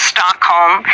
Stockholm